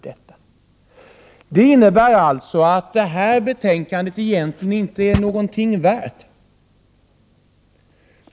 Det innebär alltså att detta betänkande egentligen inte är någonting värt.